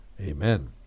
Amen